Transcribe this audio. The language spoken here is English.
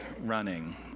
running